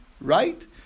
right